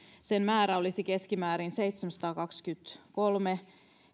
sen määrä olisi keskimäärin seitsemänsataakaksikymmentäkolme